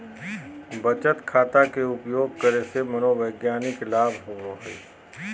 बचत खाता के उपयोग करे से मनोवैज्ञानिक लाभ होबो हइ